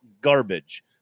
garbage